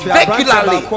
regularly